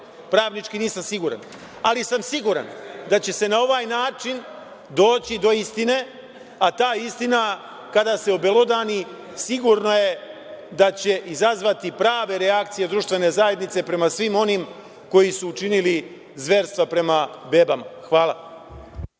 pravnički nisam siguran, ali sam siguran da će se na ovaj način doći do istine, a ta istina, kada se obelodani, sigurno je da će izazvati prave reakcije društvene zajednice prema svim onima koji su učinili zverstva prema bebama. Hvala.